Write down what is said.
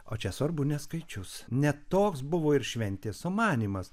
o čia svarbu ne skaičius ne toks buvo ir šventės sumanymas